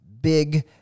big